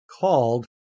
called